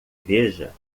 veja